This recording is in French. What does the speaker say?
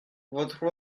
votre